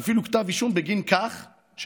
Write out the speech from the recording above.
ואפילו כתב אישום בגין זה שהנאשם,